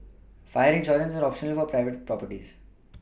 fire insurance is optional for private properties